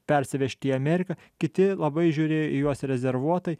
persivežti į ameriką kiti labai žiūrųjo į juos rezervuotai